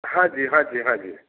हाँ जी हाँ जी हाँ जी